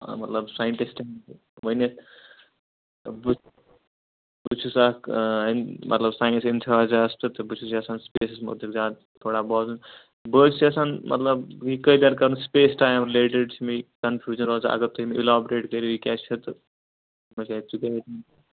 مَطلَب ساینٹِسٹ ہیٚکِو ؤنِتھ تہٕ بہٕ بہٕ چھُس اکھ مطلب ساینَس ایٚنتھوزیاسٹ تہٕ بہٕ چھُس یَژھان سپیسَس مُتعلِق زیادٕ تھوڑا بوزُن بہٕ حظ چھُس یَژھان مَطلَب یہِ کلیر کَرُن یہِ سُپیس ٹایِم رِلیٹِڈ چھ مےٚ کَنفیوجَن روزان اگر تُہۍ مےٚ الابریٹ کٔرِو یہِ کیاہ چھُ تہٕ